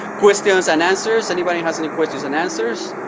questions and answers, anybody has any questions and answers,